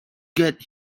get